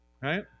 right